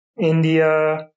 India